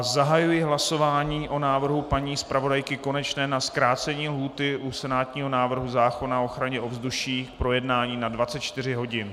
Zahajuji hlasování o návrhu paní zpravodajky Konečné na zkrácení lhůty u senátního návrhu zákona o ochraně ovzduší k projednání na 24 hodin.